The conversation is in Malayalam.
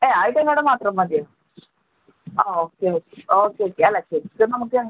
ഏഹ് ആ എ ടി എം കാർഡ് മാത്രം മതിയോ ആ ഓക്കെ ഓക്കെ ഓക്കെ ഓക്കെ അല്ല ശരിക്കും നമുക്ക്